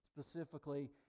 specifically